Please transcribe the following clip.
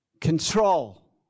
control